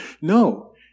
No